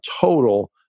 total